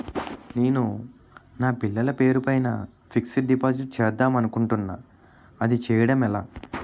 నేను నా పిల్లల పేరు పైన ఫిక్సడ్ డిపాజిట్ చేద్దాం అనుకుంటున్నా అది చేయడం ఎలా?